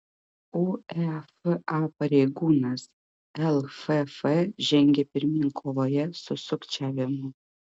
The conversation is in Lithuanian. uefa pareigūnas lff žengia pirmyn kovoje su sukčiavimu